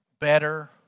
better